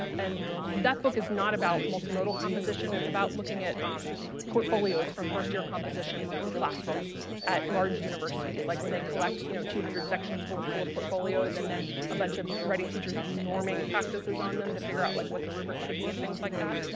and that book is not about multimodal composition it's about looking at portfolios from first-year composition classes at large universities like when they collect you know two hundred sections for full of portfolios and then a bunch of writing teachers do norming practices on them to figure out like what the rubrics should be and things like that.